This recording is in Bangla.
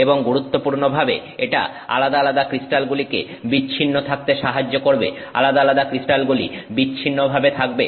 এবং গুরুত্বপূর্ণ ভাবে এটা আলাদা আলাদা ক্রিস্টালগুলিকে বিচ্ছিন্ন থাকতে সাহায্য করবে আলাদা আলাদা ক্রিস্টালগুলি বিচ্ছিন্নভাবে থাকবে